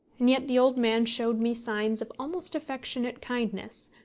and yet the old man showed me signs of almost affectionate kindness,